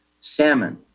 salmon